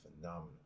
phenomenal